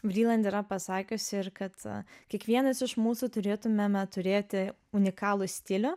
vriland yra pasakiusi ir kad kiekvienas iš mūsų turėtumėme turėti unikalų stilių